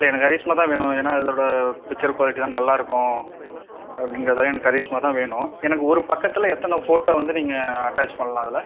இல்லை எனக்கு கரிஷ்மா தான் வேணும் ஏன்னா அதோட பிக்ச்சர் குவாலிட்டிலாம் நல்லாயிருக்கும் அப்படிங்கிறதால எனக்கு கரிஷ்மா தான் வேணும் எனக்கு ஒரு பக்கத்தில் எத்தனை ஃபோட்டோ வந்து நீங்கள் அட்டாச் பண்ணலாம் அதில்